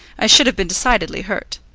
i should have been decidedly hurt.